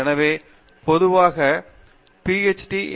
எனவே பொதுவாக நான் மற்றவர்களை ஒப்பிடும்போது இந்த எம்